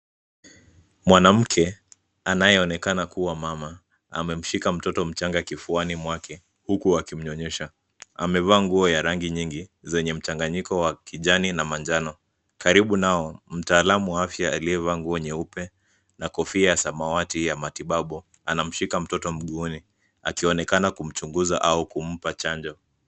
Mwanamke anayeonekana kuwa mama amemshika mtoto mchanga kifuani mwake huku akimnyonyesha. Amevaa nguo ya rangi nyingi zenye mchanganyiko wa kijani na manjano. Karibu nao, mtaalamu wa afya aliyevaa nguo nyeupe na kofia ya samawati ya matibabu anamshika mtoto mguuni akionekana kumchunguza au kumpa chanjo.